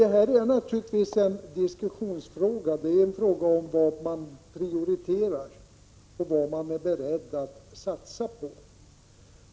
Detta är naturligtvis en diskussionsfråga. Det är alltså fråga om vad man prioriterar och vad man är beredd att satsa på.